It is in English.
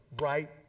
right